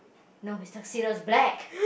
no his tuxedo is black